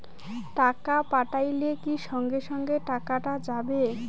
টাকা পাঠাইলে কি সঙ্গে সঙ্গে টাকাটা যাবে?